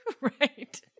Right